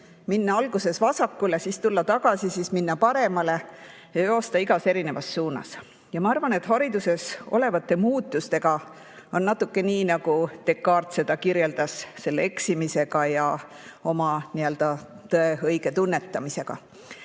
minna alguses vasakule, siis tulla tagasi, siis minna paremale, joosta igas suunas. Ma arvan, et hariduses toimuvate muudatustega on natuke nii, nagu Descartes seda kirjeldas, selle eksimisega ja nii-öelda oma tõe õige tunnetamisega.